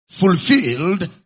fulfilled